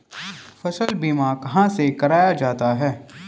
फसल बीमा कहाँ से कराया जाता है?